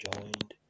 joined